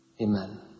Amen